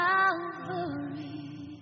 Calvary